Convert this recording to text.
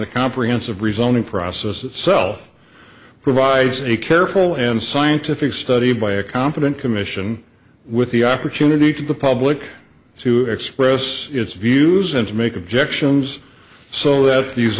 the comprehensive rezoning process itself provides a careful and scientific study by a competent commission with the opportunity to the public to express its views and to make objections so that